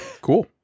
Cool